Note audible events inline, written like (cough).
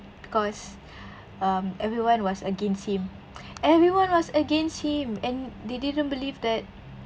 cause (breath) um everyone was against him everyone was against him and they didn't believe that